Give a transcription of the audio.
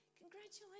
Congratulations